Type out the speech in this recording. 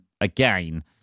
again